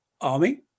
army